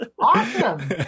Awesome